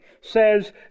says